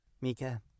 Mika